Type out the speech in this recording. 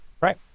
Right